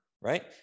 right